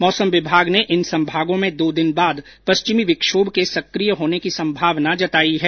मौसम विभाग ने इन संभागों में दो दिन बाद पश्चिमी विक्षोभ के सक्रिय होने की संभावना जताई है